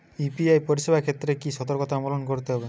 UPI পরিসেবার ক্ষেত্রে কি সতর্কতা অবলম্বন করতে হবে?